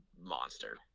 monster